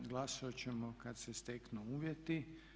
Glasovat ćemo kad se steknu uvjeti.